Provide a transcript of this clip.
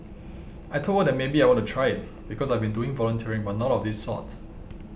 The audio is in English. I told her that maybe I want to try it because I've been doing volunteering but not of this sort